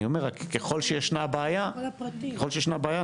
ככל שישנה בעיה,